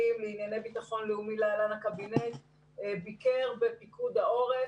לענייני ביטחון לאומי להלן: הקבינט ביקרה בפיקוד העורף.